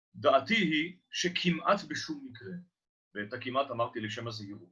דעתי היא שכמעט בשום מקרה, ואת הכמעט אמרתי לשם הזהירות